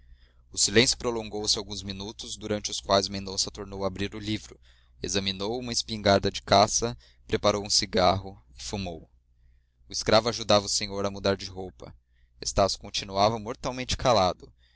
o silêncio prolongou se alguns minutos durante os quais mendonça tornou a abrir o livro examinou uma espingarda de caça preparou um cigarro e fumou o escravo ajudava o senhor a mudar de roupa estácio continuava mortalmente calado